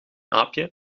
aapje